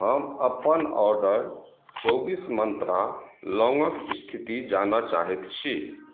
हम अपन ऑर्डर चौबीस मंत्रा लौङ्गक स्थिति जानऽ चाहैत छी